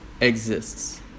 exists